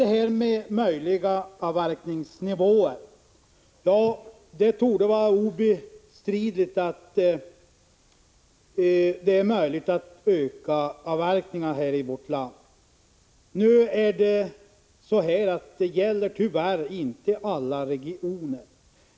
Beträffande möjliga avverkningsnivåer torde det vara obestridligt att det är möjligt att öka avverkningarna i vårt land. Det gäller tyvärr inte alla regioner.